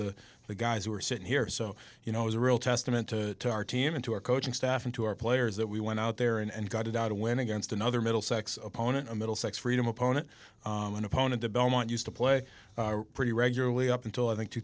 the the guys who were sitting here so you know it was a real testament to our team and to our coaching staff and to our players that we went out there and got it out a win against another middlesex opponent a middlesex freedom opponent an opponent to belmont used to play pretty regularly up until i think two